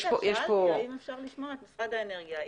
שאלתי האם אפשר לשמוע את משרד האנרגיה.